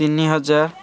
ତିନି ହଜାର